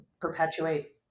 perpetuate